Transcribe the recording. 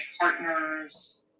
partner's